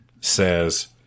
says